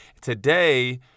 Today